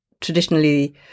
traditionally